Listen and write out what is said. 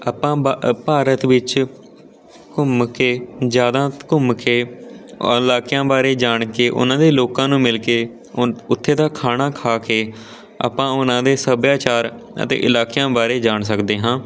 ਆਪਾਂ ਭਾਰਤ ਵਿੱਚ ਘੁੰਮ ਕੇ ਜ਼ਿਆਦਾ ਘੁੰਮ ਕੇ ਔਰ ਇਲਾਕਿਆਂ ਬਾਰੇ ਜਾਣ ਕੇ ਉਹਨਾਂ ਦੇ ਲੋਕਾਂ ਨੂੰ ਮਿਲ ਕੇ ਹੁਣ ਉੱਥੇ ਤਾਂ ਖਾਣਾ ਖਾ ਕੇ ਆਪਾਂ ਉਹਨਾਂ ਦੇ ਸੱਭਿਆਚਾਰ ਅਤੇ ਇਲਾਕਿਆਂ ਬਾਰੇ ਜਾਣ ਸਕਦੇ ਹਾਂ